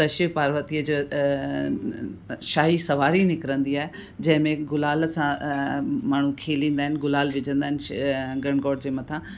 त शिव पार्वतीअ जो शाही सवारी निकिरंदी आहे जंहिं में गुलाल सां माण्हू खेलींदा आहिनि गुलाल विझंदा आहिनि घनघोर जे मथां